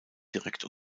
direkt